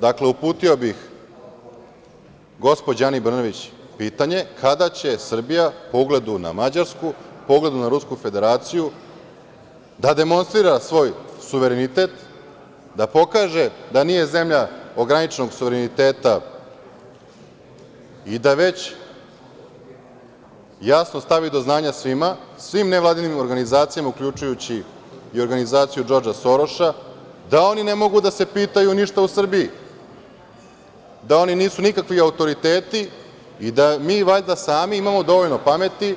Dakle, uputio bih gospođi Ani Brnabić pitanje - kada će Srbija, po ugledu na Mađarsku, po ugledu na Rusku Federaciju, da demonstrira svoj suverenitet, da pokaže da nije zemlja ograničenog suvereniteta i da već jasno stavi do znanja svima, svim nevladinim organizacijama, uključujući i organizaciju Džordža Soroša, da oni ne mogu da se pitaju ništa u Srbiji, da oni nisu nikakvi autoriteti i da mi valjda sami imamo dovoljno pameti